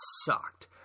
sucked